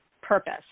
purpose